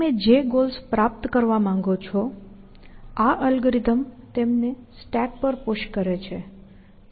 તમે જે ગોલ્સ પ્રાપ્ત કરવા માંગો છો આ અલ્ગોરિધમ તેમને સ્ટેક પર પુશ કરે છે